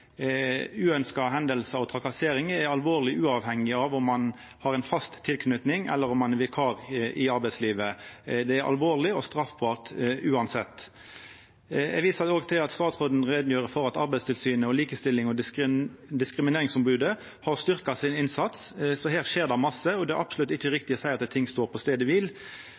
og trakassering er alvorleg, uavhengig av om ein har ei fast tilknyting eller er vikar i arbeidslivet. Det er alvorleg og straffbart uansett. Eg viser til at statsråden gjer greie for at Arbeidstilsynet og Likestillings- og diskrimineringsombodet har styrkt sin innsats, så her skjer det masse, og det er absolutt ikkje riktig å seia at ting står på staden kvil. Eg viser òg til at statsråden varslar at det vil